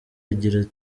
agira